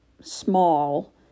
small